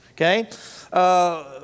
okay